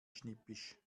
schnippisch